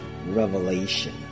revelation